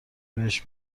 بهش